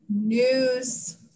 news